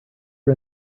are